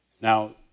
Now